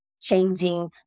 changing